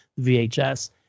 VHS